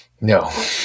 No